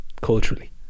culturally